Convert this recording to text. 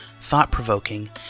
thought-provoking